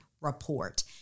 report